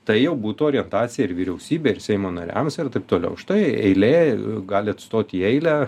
tai jau būtų orientacija ir vyriausybei ir seimo nariams ir taip toliau štai eilė galit stot į eilę